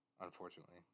unfortunately